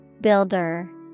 Builder